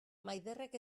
maiderrek